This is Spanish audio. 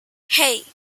hey